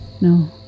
No